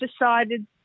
decided